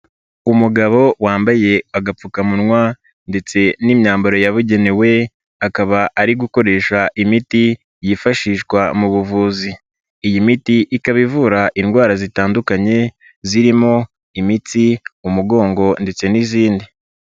Umugabo wambaye agapfukamunwa ndetse n'imyambaro yabugenewe akaba ari gukoresha imiti yifashishwa mu buvuzi. Iyi miti ikaba ivura indwara zitandukanye zirimo imitsi, umugongo ndetse n'izindi.